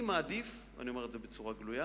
אני מעדיף, אני אומר את זה בצורה גלויה,